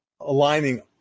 aligning